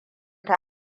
ta